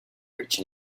rich